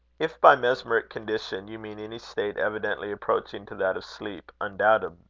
if by mesmeric condition you mean any state evidently approaching to that of sleep undoubtedly.